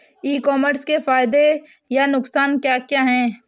ई commerce के फायदे या नुकसान क्या क्या हैं?